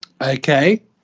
Okay